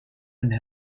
and